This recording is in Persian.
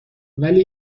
ولی